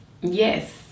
Yes